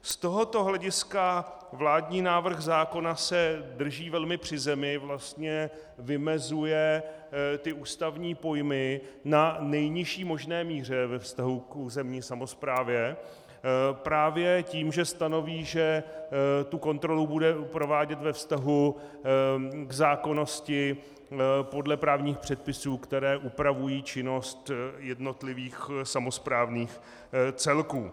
Z tohoto hlediska vládní návrh zákona se drží velmi při zemi, vlastně vymezuje ústavní pojmy na nejnižší možné míře ve vztahu k územní samosprávě právě tím, že stanoví, že kontrolu bude provádět ve vztahu k zákonnosti podle právních předpisů, které upravují činnost jednotlivých samosprávných celků.